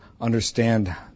understand